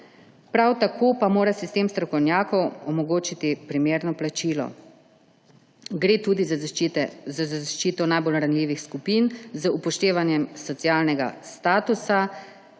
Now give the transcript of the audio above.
Prav tako mora sistem strokovnjakom omogočiti primerno plačilo. Gre tudi za zaščito najbolj ranljivih skupin z upoštevanjem socialnega statusa